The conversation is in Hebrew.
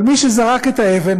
אבל מי שזרק את האבן,